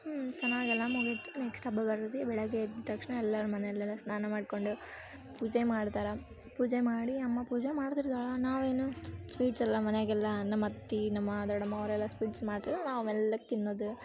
ಹ್ಞೂ ಚೆನ್ನಾಗಿ ಎಲ್ಲ ಮುಗೀತು ನೆಕ್ಸ್ಟ್ ಹಬ್ಬ ಬರ್ತೈತಿ ಬೆಳಗ್ಗೆ ಎದ್ದ ತಕ್ಷಣ ಎಲ್ಲರೂ ಮನೆಯಲ್ಲೆಲ್ಲ ಸ್ನಾನ ಮಾಡಿಕೊಂಡು ಪೂಜೆ ಮಾಡ್ತಾರೆ ಪೂಜೆ ಮಾಡಿ ಅಮ್ಮ ಪೂಜೆ ಮಾಡ್ತಿರ್ತಾಳೆ ನಾವೇನು ಸ್ವೀಟ್ಸ್ ಎಲ್ಲ ಮನೆಗೆಲ್ಲ ನಮ್ಮ ಅತ್ತೆ ನಮ್ಮ ದೊಡ್ಡಮ್ಮ ಅವರೆಲ್ಲ ಸ್ವೀಟ್ಸ್ ಮಾಡ್ತ್ರೆ ನಾವು ಮೆಲ್ಲಗೆ ತಿನ್ನುದು